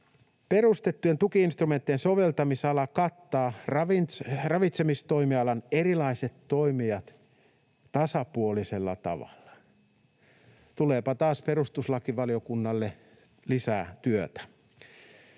”perustettujen tuki-instrumenttien soveltamisala kattaa ravitsemistoimialan erilaiset toimijat tasapuolisella tavalla”? Tuleepa taas perustuslakivaliokunnalle lisää työtä.